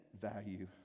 value